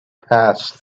passed